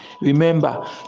remember